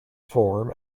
form